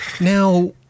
Now